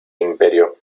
imperio